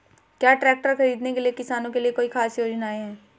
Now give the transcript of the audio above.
क्या ट्रैक्टर खरीदने के लिए किसानों के लिए कोई ख़ास योजनाएं हैं?